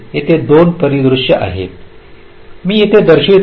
येथे 2 परिदृश्य आहेत मी येथे दर्शवित आहे